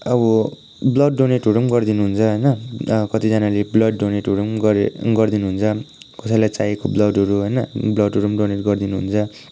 अब ब्लड डोनेटहरू पनि गरिदिनु हुन्छ होइन कतिजनाले ब्लड डोनेटहरू पनि गर गरिदिनु हुन्छ कसैलाई चाहिएको ब्लडहरू होइन ब्लडहरू पनि डोनेट गरिदिनु हुन्छ